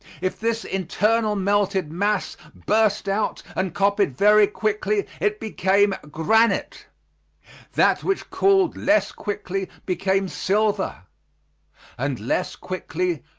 if this internal melted mass burst out and copied very quickly it became granite that which cooled less quickly became silver and less quickly,